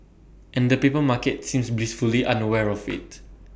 and the paper market seems blissfully unaware of IT